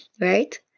right